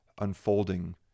unfolding